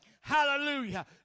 hallelujah